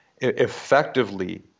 Effectively